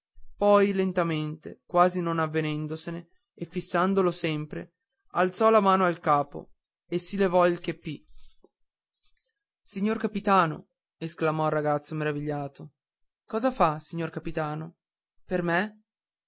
poi lentamente quasi non avvedendosene e fissandolo sempre alzò la mano al capo e si levò il cheppì signor capitano esclamò il ragazzo meravigliato cosa fa signor capitano per me